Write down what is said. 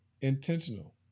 intentional